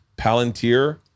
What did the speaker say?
palantir